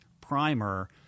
primer